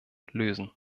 lösen